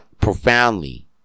profoundly